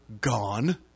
gone